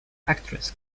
actress